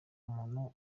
umuntu